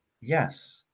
Yes